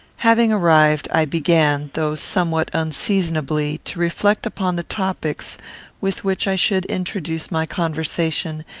having arrived, i began, though somewhat unseasonably, to reflect upon the topics with which i should introduce my conversation,